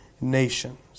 nations